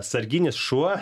sarginis šuo